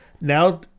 Now